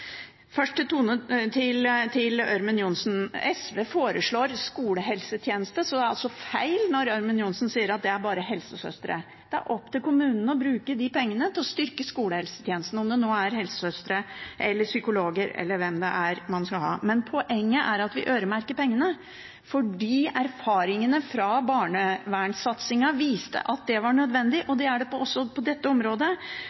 først til Ørmen Johnsen. Når SV foreslår penger til skolehelsetjenesten, er det feil når Ørmen Johnsen sier at det bare er til helsesøstre. Det er opp til kommunene å bruke de pengene til å styrke skolehelsetjenesten, om det nå er helsesøstre, psykologer eller hvem det er man skal ha. Men poenget er at vi øremerker pengene, fordi erfaringene fra barnevernsatsingen viste at det var nødvendig,